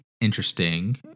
interesting